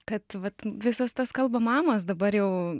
kad vat visas tas kalba mamos dabar jau